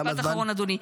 משפט אחרון, אדוני.